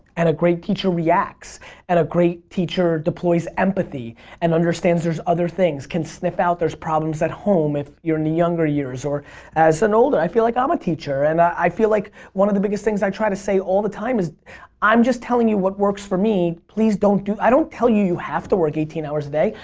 and a great teacher reacts and a great teacher deploys empathy and understands there's other things can sniff out there's problems at home if you're in the younger years or as an older i feel like i'm um a teacher and i feel like one of the biggest things that i try to say all the time is i'm just telling you what works for me, please don't, i don't tell you you have to work eighteen hours a day.